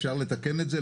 אפשר לתקן את זה,